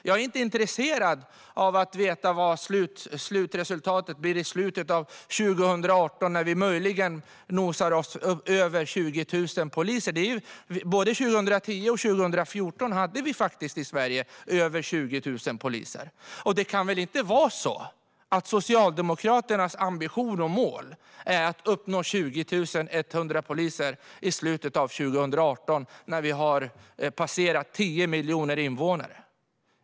Jag är inte intresserad av att veta vad slutresultatet blir i slutet av 2018, när vi möjligen nosar oss upp över 20 000 poliser. Både 2010 och 2014 hade vi faktiskt i Sverige över 20 000 poliser. Och det kan väl inte vara så att Socialdemokraternas ambition och mål är att uppnå 20 100 poliser i slutet av 2018, när vi har passerat 10 miljoner invånare?